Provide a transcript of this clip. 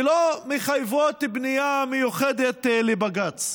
שלא מחייבות פנייה מיוחדת לבג"ץ.